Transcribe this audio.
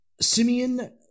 Simeon